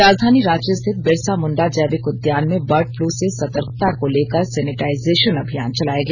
राजधानी रांची स्थित बिरसा मुंडा जैविक उद्यान में बर्ड फ्लू से सतर्कता को लेकर सेनेटाइजेशन अभियान चलाया गया